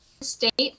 State